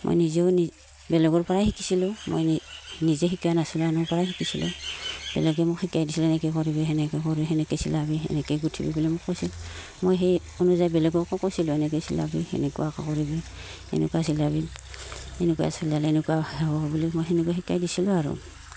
মই নিজেও নি বেলেগৰপৰাই শিকিছিলোঁ মই নিজে শিকাই নাছিলোঁ আনৰপৰাই শিকিছিলোঁ বেলেগে মোক শিকাই দিছিলে এনেকৈ কৰিব সেনেকৈ কৰি সেনেকৈ চিলাবি সেনেকৈ গোঁঠিবি বোলে মোক কৈছিল মই সেই অনুযায়ী বেলেগকো কৈছিলোঁ এনেকৈ চিলাবি সেনেকুৱা কৰিবি সেনেকুৱা চিলাবি এনেকুৱাকৈ চিলালে এনেকুৱা হ'ব বুলি মই সেনেকুৱা শিকাই দিছিলোঁ আৰু